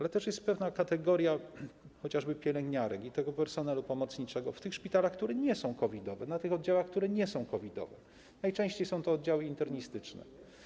Jest też pewna kategoria chociażby pielęgniarek i personelu pomocniczego w tych szpitalach, które nie są COVID-owe, na tych oddziałach, które nie są COVID-owe, najczęściej chodzi tu o oddziały internistyczne.